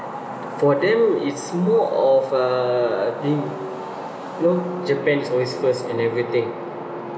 for them it's more of uh I think japan is always first and everything